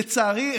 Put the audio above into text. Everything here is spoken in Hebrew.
לצערי,